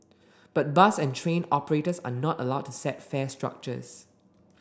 but bus and train operators are not allowed to set fare structures